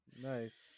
nice